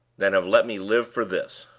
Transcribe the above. than have let me live for this.